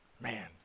man